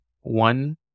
one